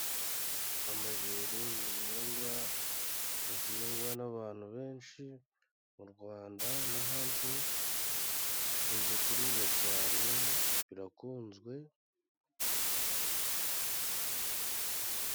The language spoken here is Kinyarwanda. Amajeri, ni ibihingwa bihingwa n'abantu benshi mu Rwanda n'ahandi bikunze kuribwa cyane birakunzwe.